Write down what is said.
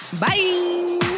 Bye